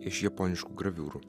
iš japoniškų graviūrų